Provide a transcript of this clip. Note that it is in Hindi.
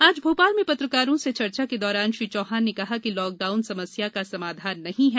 आज भोपाल में पत्रकारो से चर्चा के दौरान श्री चौहान ने कहा कि लॉकडाउन समस्या का समाधान नहीं है